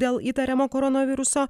dėl įtariamo koronaviruso